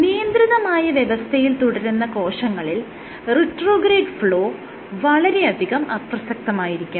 നിയന്ത്രിതമായ വ്യവസ്ഥയിൽ തുടരുന്ന കോശങ്ങളിൽ റിട്രോഗ്രേഡ് ഫ്ലോ വളരെയധികം അപ്രസക്തമായിരിക്കും